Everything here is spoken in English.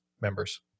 members